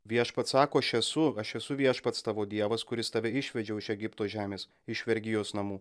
viešpats sako aš esu aš esu viešpats tavo dievas kuris tave išvedžiau iš egipto žemės iš vergijos namų